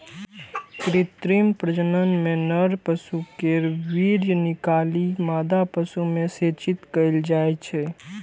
कृत्रिम प्रजनन मे नर पशु केर वीर्य निकालि मादा पशु मे सेचित कैल जाइ छै